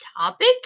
topic